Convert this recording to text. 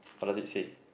what does it say